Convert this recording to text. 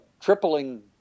tripling